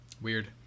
Weird